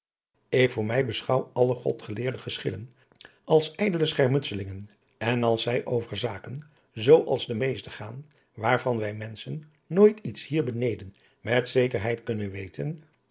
ik voor mij beschouw alle godgeleerde geschillen als ijdele schermutselingen en als zij over zaken zoo als de meeste gaan waarvan wij menschen nooit iets hier beneden met adriaan loosjes pzn het leven van hillegonda buisman zekerheid kunnen weten